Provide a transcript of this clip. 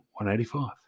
185